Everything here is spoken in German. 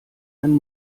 einen